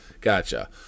Gotcha